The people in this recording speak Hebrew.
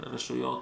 רשויות